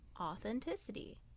authenticity